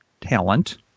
talent